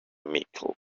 mickle